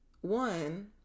one